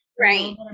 right